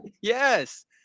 Yes